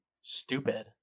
Stupid